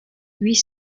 huit